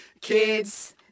Kids